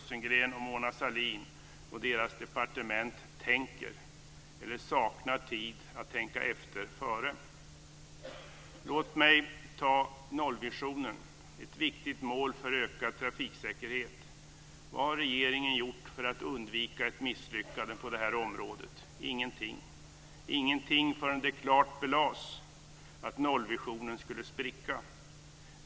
Sahlin och deras departement tänker eller saknar tid att tänka efter före. Låt mig ta nollvisionen, ett viktigt mål för ökad trafiksäkerhet. Vad har regeringen gjort för att undvika ett misslyckande på det här området? Ingenting! Ingenting förrän det klart belades att nollvisionen skulle spricka.